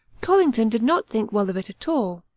collington did not think well of it at all.